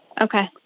Okay